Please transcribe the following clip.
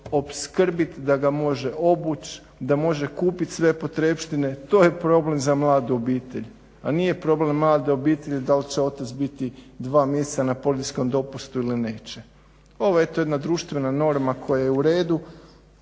opskrbiti, da ga može obući, da može kupiti sve potrepštine. To je problem za mladu obitelj, a nije problem mlade obitelji da li će otac biti 2 mjeseca na porodiljskom dopustu ili neće. Ovo je eto jedna društvena norma koja je uredu